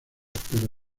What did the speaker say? pero